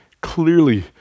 clearly